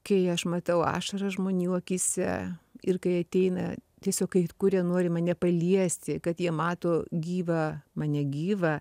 kai aš matau ašaras žmonių akyse ir kai ateina tiesiog kurie nori mane paliesti kad jie mato gyvą mane gyvą